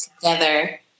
together